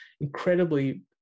incredibly